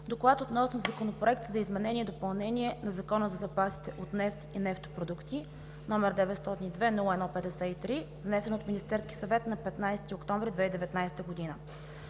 „ДОКЛАД относно Законопроект за изменение и допълнение на Закона за запасите от нефт и нефтопродукти, № 902-01-53, внесен от Министерския съвет на 15 октомври 2019 г.